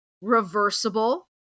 reversible